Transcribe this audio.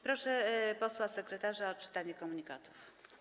Proszę posła sekretarza o odczytanie komunikatów.